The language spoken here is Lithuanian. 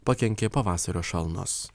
pakenkė pavasario šalnos